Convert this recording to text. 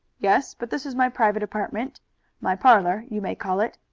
yes, but this is my private apartment my parlor, you may call it.